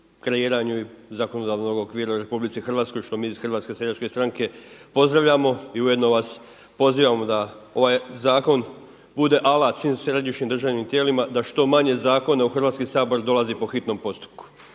kreiranju zakonodavnog okvira u RH što mi iz HSS-a pozdravljamo i ujedno vas pozivamo da ovaj zakon bude alat svim središnjim državnim tijelima da što manje zakona u Hrvatski sabor dolazi po hitnom postupku